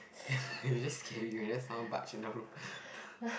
ya you just carry you're just someone barge in the room